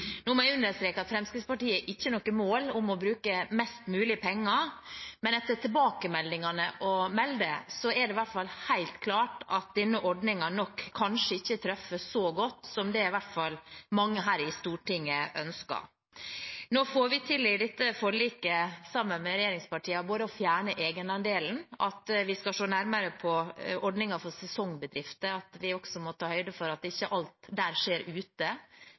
Nå må jeg understreke at Fremskrittspartiet ikke har noe mål om å bruke mest mulig penger, men etter tilbakemeldingene å dømme, er det i hvert fall helt klart at denne ordningen kanskje ikke treffer så godt som det i hvert fall mange her i Stortinget ønsket. Nå får vi til i dette forliket med regjeringspartiene både å fjerne egenandelen, at vi skal se nærmere på ordningen for sesongbedrifter, at vi også må ta høyde for at ikke alt i sesongbedrifter skjer ute,